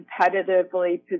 competitively